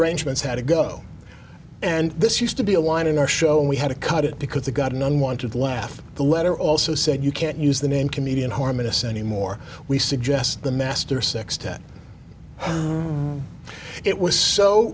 arrangements had to go and this used to be a line in our show and we had to cut it because they got an unwanted laugh the letter also said you can't use the name comedian harmison the more we suggest the master sextet it was so